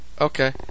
Okay